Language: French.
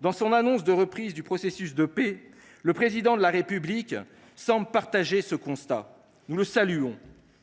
Dans son annonce de reprise du processus de paix, le Président de la République semble partager ce constat. Nous le saluons,